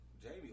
Jamie